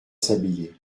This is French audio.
sablier